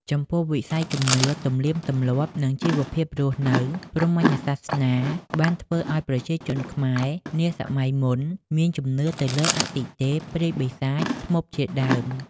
ចំពោះវិស័យជំនឿ ទំនៀមទម្លាប់ និង ជីវភាពរស់នៅ ព្រហ្មញ្ញសាសនាបានធ្វើឱ្យប្រជាជនខ្មែរ នាសម័យមុនមានជំនឿទៅលើអាទិទេព ព្រាយ បិសាច ធ្មប់ជាដើម។